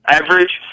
average